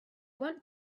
want